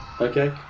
Okay